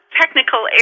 technical